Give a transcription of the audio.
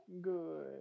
Good